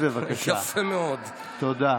תודה.